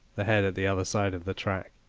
the head at the other side of the track,